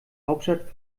hauptstadt